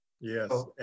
Yes